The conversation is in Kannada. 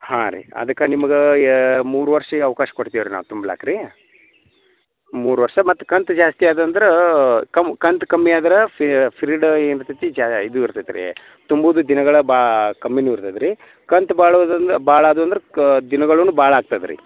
ಹಾಂ ರೀ ಅದಕ್ಕೆ ನಿಮಗೆ ಯಾ ಮೂರು ವರ್ಷಕ್ ಅವ್ಕಾಶ ಕೊಡ್ತೇವೆ ರೀ ನಾವು ತುಂಬಕ್ ರೀ ಮೂರು ವರ್ಷ ಮತ್ತು ಕಂತು ಜಾಸ್ತಿ ಆದ್ರ್ ಅಂದ್ರೆ ಕಮ್ಮಿ ಕಂತು ಕಮ್ಮಿ ಆದ್ರೆ ಫ್ರೀಡ ಏನು ಇರ್ತೈತಿ ಜಾ ಇದು ಇರ್ತತ್ ರೀ ತುಂಬೋದ್ ದಿನಗಳು ಭಾಳ ಕಮ್ಮಿನೂ ಇರ್ತತ್ ರೀ ಕಂತು ಭಾಳ ಆದವು ಅಂದ್ರೆ ಭಾಳ ಆದವು ಅಂದ್ರೆ ಕ ದಿನಗಳೂ ಭಾಳ ಆಗ್ತದೆ ರೀ